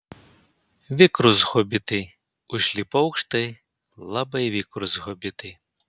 vikrūs hobitai užlipo aukštai labai vikrūs hobitai